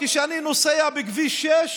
כשאני נוסע בכביש 6,